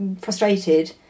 frustrated